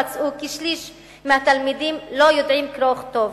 מצאו כי שליש מהתלמידים לא יודעים קרוא וכתוב.